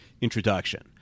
introduction